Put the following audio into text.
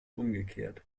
umgekehrt